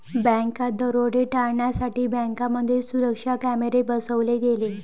बँकात दरोडे टाळण्यासाठी बँकांमध्ये सुरक्षा कॅमेरे बसवले गेले